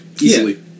easily